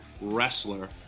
wrestler